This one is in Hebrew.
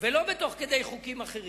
לא תוך כדי חוקים אחרים.